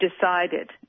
decided